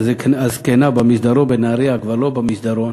הזקנה במסדרון בנהרייה כבר לא במסדרון,